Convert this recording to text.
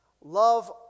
Love